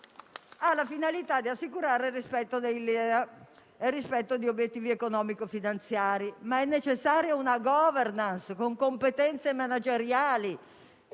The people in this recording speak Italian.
il rispetto dei LEA e il rispetto di obiettivi economico-finanziari, ma è necessaria una *governance* con competenze manageriali